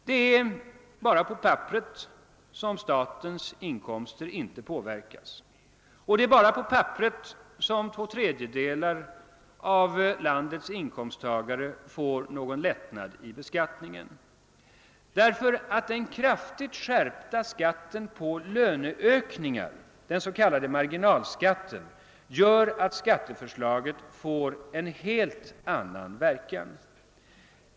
Det är bara på papperet som statens inkomster inte påverkas och det är också bara på papperet som två tredjedelar av vårt lands inkomsttagare får en lättnad i beskattningen. Den kraftigt skärpta skatten på löneökningar, den s.k. marginalskatten, gör nämligen att skatteförslaget får en helt annan verkan.